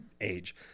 age